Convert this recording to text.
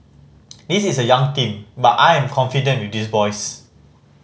this is a young team but I am confident with these boys